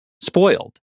spoiled